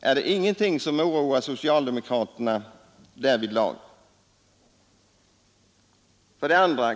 Är det ingenting som oroar socialdemokraterna därvidlag? 2.